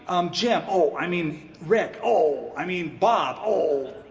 um jim oh, i mean, rick oh, i mean, bob oh,